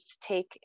take